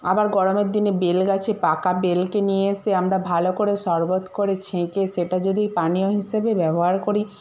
আবার গরমের দিনে বেল গাছে পাকা বেলকে নিয়ে এসে আমরা ভালো করে শরবত করে ছেঁকে সেটা যদি পানীয় হিসেবে ব্যবহার করি